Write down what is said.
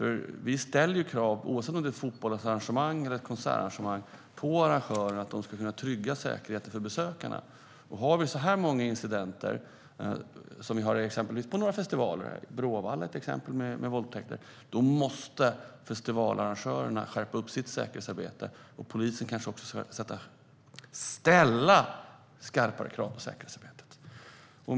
Det ställs krav, oavsett om det är ett fotbollsarrangemang eller ett konsertarrangemang, på arrangörerna att de ska kunna trygga säkerheten för besökarna. Om det förekommer så många incidenter som det gjorde till exempel på Bråvalla där det begicks våldtäkter måste festivalarrangörerna skärpa sitt säkerhetsarbete. Polisen ska kanske också ställa skarpare krav på säkerhetsarbetet.